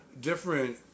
different